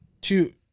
two